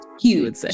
huge